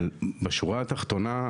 אבל בשורה התחתונה,